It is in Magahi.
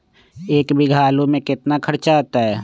एक बीघा आलू में केतना खर्चा अतै?